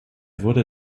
wurde